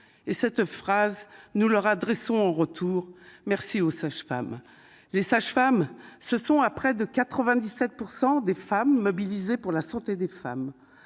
et cette phrase : nous leur adressons au retour, merci aux sages-femmes les sages-femmes se sont à près de 97 % des femmes mobilisés pour la santé des femmes